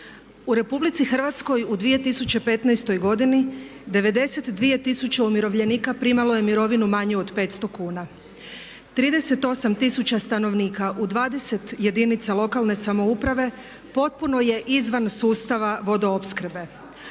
U RH u 2015. godini 92 tisuće umirovljenika primalo je mirovinu manju od 500 kuna. 38. tisuća stanovnika u 20 jedinica lokalne samouprave potpuno je izvan sustava vodoopskrbe